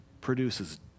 produces